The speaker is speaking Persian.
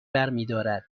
برمیدارد